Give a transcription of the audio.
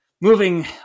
Moving